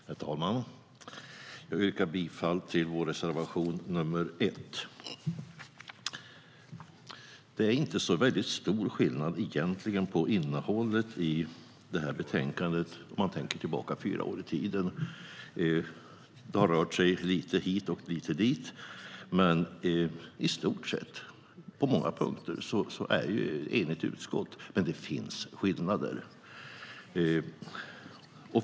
Herr talman! Jag yrkar bifall till vår reservation nr 1.Det är egentligen inte så stor skillnad på innehållet i betänkandet om man tänker tillbaka fyra år i tiden. Det har rört sig lite hit och lite dit, men i stort sett är det på många punkter ett enigt utskott. Det finns dock skillnader.